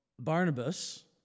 Barnabas